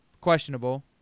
questionable